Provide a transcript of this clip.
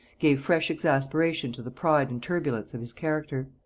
gave fresh exasperation to the pride and turbulence of his character.